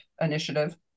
Initiative